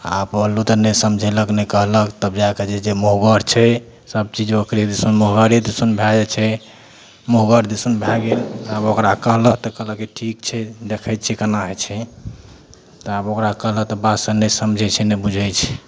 आओर बोललहुँ तऽ ने समझेलक ने कहलक तब जा कऽ जे जे मुँहगर छै सब चीज ओकरे दिसन मुँहगरे दिस भए जाइ छै मुँहगर दिसन भए गेल तब ओकरा कहलक तऽ कहलक ठीक छै देखय छियै केना होइ छै तऽ आब ओकरा कहलक तऽ बातसँ नहि समझय छै नहि बुझय छै